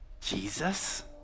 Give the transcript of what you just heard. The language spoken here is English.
Jesus